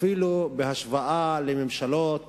אפילו בהשוואה לממשלות